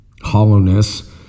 hollowness